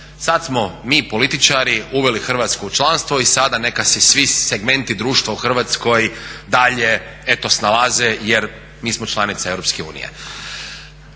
Sad smo mi političari uveli Hrvatsku u članstvo i sada neka si svi segmenti društva u Hrvatskoj dalje eto snalaze jer mi smo članica EU.